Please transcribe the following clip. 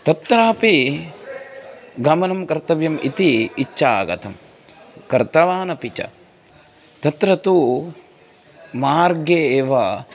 तत्रापि गमनं कर्तव्यम् इति इच्छा आगतम् कर्तवान् अपि च तत्र तु मार्गे एव